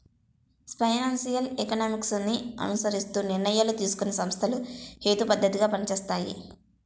financial economics ని అనుసరిస్తూ నిర్ణయాలు తీసుకునే సంస్థలు హేతుబద్ధంగా పనిచేస్తాయి